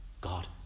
God